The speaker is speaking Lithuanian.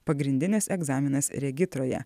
pagrindinis egzaminas regitroje